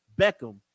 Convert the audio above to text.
Beckham